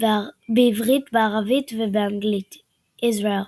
בערבית ובאנגלית Israel.